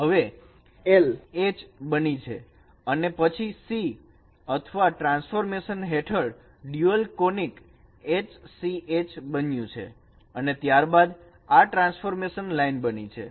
હવે l H બની છે અને પછી C અથવા ટ્રાન્સફોર્મેશન હેઠળ ડ્યુઅલ કોનીક HC H બન્યું છે અને ત્યારબાદ આ ટ્રાન્સફોર્મ લાઇન બની છે